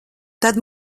tad